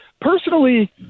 personally